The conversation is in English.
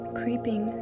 creeping